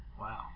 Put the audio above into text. Wow